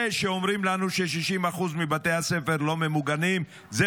זה שאומרים לנו ש-60% מבתי הספר לא ממוגנים, זה